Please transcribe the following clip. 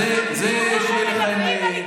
זה שיהיה לכם,